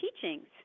teachings